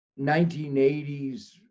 1980s